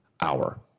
hour